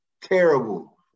terrible